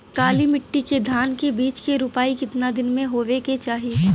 काली मिट्टी के धान के बिज के रूपाई कितना दिन मे होवे के चाही?